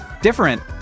different